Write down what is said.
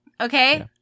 Okay